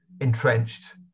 entrenched